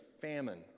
famine